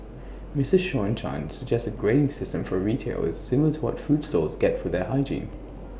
Mister Sean chan suggests A grading system for retailers similar to what food stalls get for their hygiene